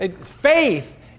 Faith